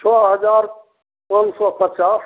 छओ हजार पाँच सए पचास